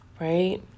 right